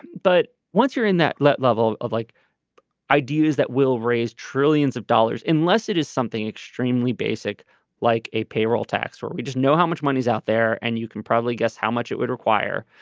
but once you're in that level of like ideas that will raise trillions of dollars unless it is something extremely basic like a payroll tax where we just know how much money is out there and you can probably guess how much it would require.